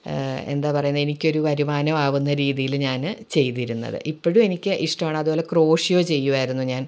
എന്താ പറയുക എന്നാൽ എനിക്കൊരു വരുമാനമാകുന്ന രീതിയിൽ ഞാന് ചെയ്തിരുന്നത് ഇപ്പഴും എനിക്ക് ഇഷ്ടാവാണ് അതുപോലെ ക്രോഷ്യോ ചെയ്യുവായിരുന്നു ഞാൻ